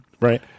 right